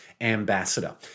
ambassador